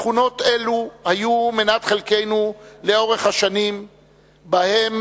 תכונות אלו היו מנת חלקנו לאורך השנים שבהן